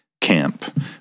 camp